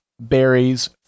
berries